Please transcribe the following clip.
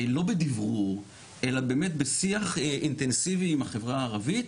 לא בדיברור אלא באמת בשיח אינטנסיבי עם החברה הערבית,